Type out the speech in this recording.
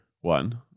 one